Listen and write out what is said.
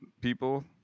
people